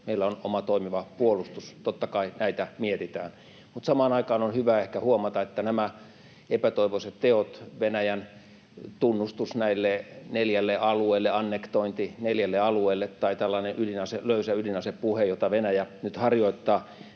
Meillä on oma toimiva puolustus. Totta kai näitä mietitään. Mutta samaan aikaan on hyvä ehkä huomata, että nämä epätoivoiset teot — Venäjän tunnustus näille neljälle alueelle, annektointi neljälle alueelle, tai tällainen löysä ydinasepuhe, jota Venäjä nyt harjoittaa